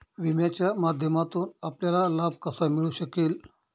विम्याच्या माध्यमातून आपल्याला लाभ कसा मिळू शकेल?